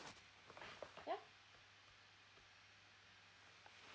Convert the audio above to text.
mm